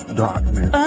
darkness